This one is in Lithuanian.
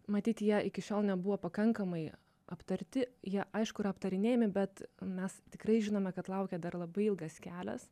matyt jie iki šiol nebuvo pakankamai aptarti jie aišku yra aptarinėjami bet mes tikrai žinome kad laukia dar labai ilgas kelias